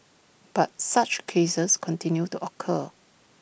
but such cases continue to occur